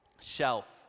shelf